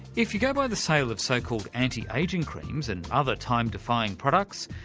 if you go by the sale of so-called anti-ageing creams and other time-defying products,